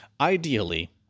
Ideally